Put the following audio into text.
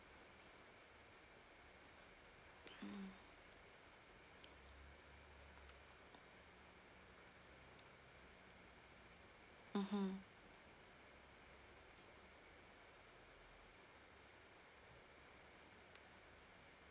mm mmhmm